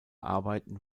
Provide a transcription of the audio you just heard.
arbeiten